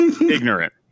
ignorant